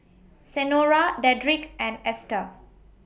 Senora Dedrick and Ester